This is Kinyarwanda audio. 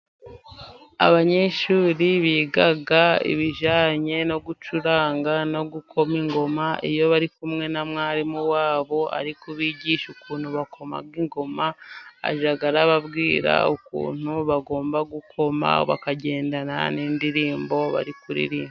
Abanyeshuri biga ibijyanye no gucuranga no gukoma ingoma. Iyo bari kumwe na mwarimu wabo ari kubigisha ukuntu bakoma ingoma ,ajya arababwira ukuntu bagomba gukoma, bakagendana n'indirimbo bari kuririmba.